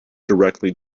directly